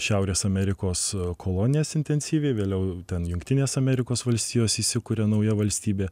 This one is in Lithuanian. šiaurės amerikos kolonijas intensyviai vėliau ten jungtinės amerikos valstijos įsikuria nauja valstybė